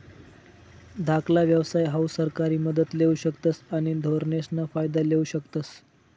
धाकला व्यवसाय हाऊ सरकारी मदत लेवू शकतस आणि धोरणेसना फायदा लेवू शकतस